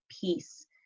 peace